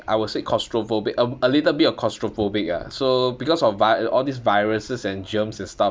I would say claustrophobic a a little bit of claustrophobic ah so because of vi~ all these viruses and germs and stuff